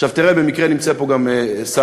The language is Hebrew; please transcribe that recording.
עכשיו תראה, במקרה נמצא פה גם שר